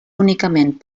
únicament